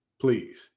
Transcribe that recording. Please